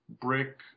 brick